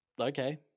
Okay